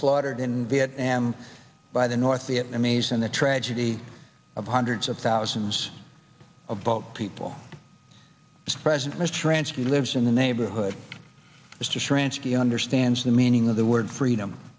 slaughtered in viet nam by the north vietnamese and the tragedy of hundreds of thousands of boat people as president was transferred lives in the neighborhood was to sharansky understands the meaning of the word freedom